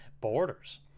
borders